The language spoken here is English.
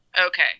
Okay